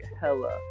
hella